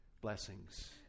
blessings